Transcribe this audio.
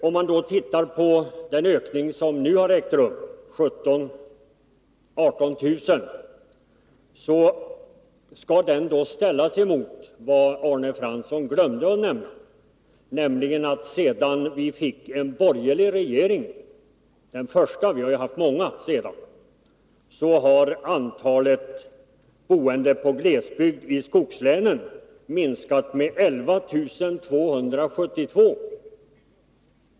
Den ökning med 17 000-18 000 som nu har ägt rum skall ställas emot vad Arne Fransson glömde att nämna, nämligen att sedan vi fick den första borgerliga regeringen har antalet boende i glesbygd i skogslänen minskat med 11 272.